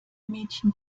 mädchen